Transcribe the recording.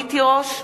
רונית תירוש,